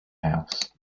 house